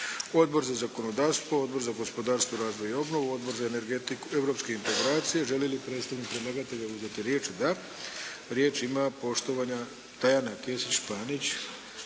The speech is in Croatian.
Odbor za zakonodavstvo, Odbor za gospodarstvo, razvoj i obnovu, Odbor za europske integracije. Želi li predstavnik predlagatelja uzeti riječ? Da. Riječ ima poštovana Tajana Kesić Šapić,